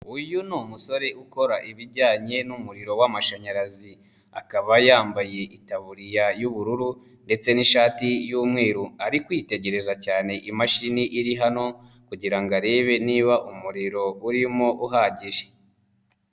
Uyu ni umusore ukora ibijyanye n'umuriro w'amashanyarazi akaba yambaye itaburiya y'ubururu ndetse n'ishati y'umweru, ari kwitegereza cyane imashini iri hano kugira ngo arebe niba umuriro urimo uhagije.